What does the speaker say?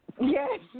Yes